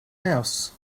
house